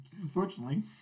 unfortunately